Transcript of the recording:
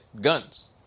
guns